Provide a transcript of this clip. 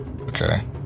Okay